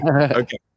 Okay